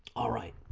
all right